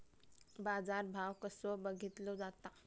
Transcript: बाजार भाव कसो बघीतलो जाता?